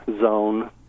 zone